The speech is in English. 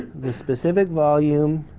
the specific volume.